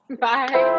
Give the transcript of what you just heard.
Bye